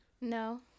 No